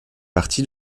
partie